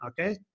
Okay